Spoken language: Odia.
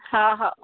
ହଁ ହଉ